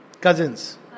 Cousins